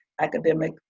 academic